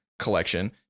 collection